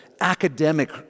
academic